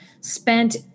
spent